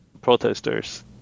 protesters